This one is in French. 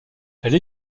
elle